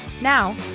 Now